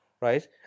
right